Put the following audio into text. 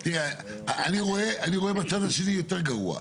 תראי, אני רואה, אני רואה בצד השני יותר גרוע.